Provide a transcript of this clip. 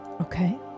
Okay